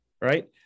right